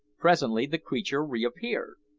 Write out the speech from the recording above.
presently the creature reappeared.